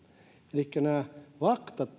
elikkä nämä faktat